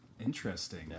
Interesting